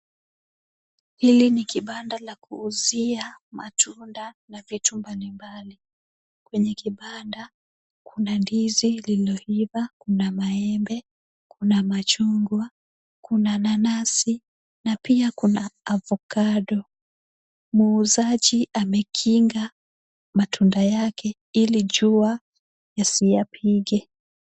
Hili ni kibanda la kuuzia matunda na vitu mbalimbali. Kwenye kibanda kuna ndizi lililoiva, kuna maembe, kuna machungwa, kuna nanasi na pia kuna ovacado . Muuzaji amekinga matunda yake ili jua yasiyapige.